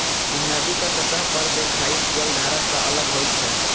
ई नदीक सतह पर देखाइत जलधारा सं अलग होइत छै